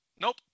nope